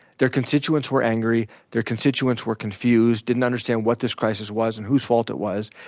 their constituents were angry, their constituents were confused, didn't understand what this crisis was and whose fault it was.